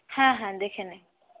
হ্যাঁ হ্যাঁ দেখে নে